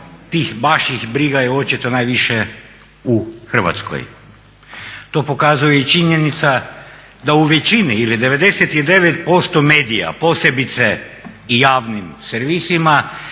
tih baš ih briga je očito najviše u Hrvatskoj. To pokazuje i činjenica da u većini ili 99% medija posebice javnim servisima